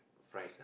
fries ah